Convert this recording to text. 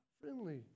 friendly